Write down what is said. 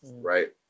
Right